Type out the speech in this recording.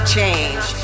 change